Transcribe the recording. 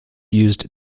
used